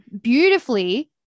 beautifully